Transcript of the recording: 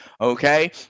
okay